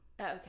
Okay